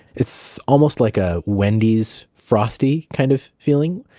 it's almost like a wendy's frosty kind of feeling.